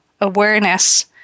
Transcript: awareness